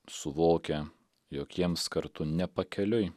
suvokia jog jiems kartu ne pakeliui